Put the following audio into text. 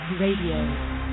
Radio